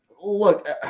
Look